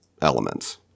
elements